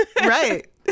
right